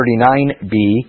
39b